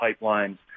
pipelines